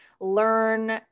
learn